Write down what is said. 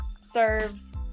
serves